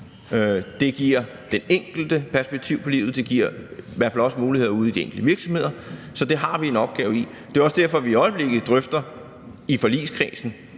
Det giver den enkelte perspektiv på livet, og det giver i hvert fald også muligheder ude i de enkelte virksomheder. Så der har vi en opgave. Og det er jo også derfor, vi i forligskredsen